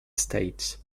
states